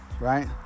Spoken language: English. right